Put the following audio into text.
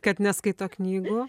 kad neskaito knygų